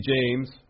James